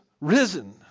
Risen